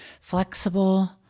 flexible